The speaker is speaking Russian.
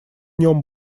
нем